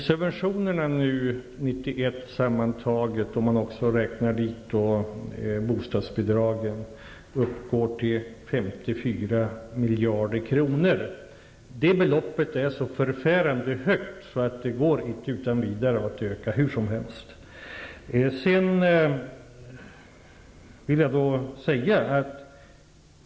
Fru talman! De sammantagna subventionerna under 1991 -- och då räknar jag också in bostadsbidragen -- uppgår till 54 miljarder kronor. Det beloppet är så förfärande högt att det inte utan vidare går att öka hur som helst.